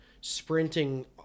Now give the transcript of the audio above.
sprinting